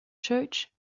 church